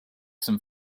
some